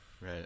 right